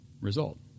result